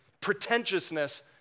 Pretentiousness